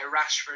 Rashford